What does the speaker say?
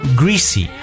greasy